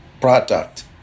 product